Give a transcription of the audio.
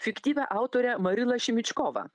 fiktyvią autorę marilą šimičkovą